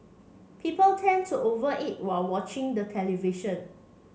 people tend to over eat while watching the television